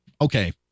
okay